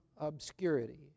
obscurity